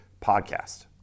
podcast